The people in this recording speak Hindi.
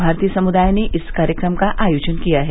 भारतीय समृदाय ने इस कार्यक्रम का आयोजन किया है